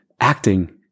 Acting